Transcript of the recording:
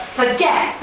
forget